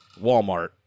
Walmart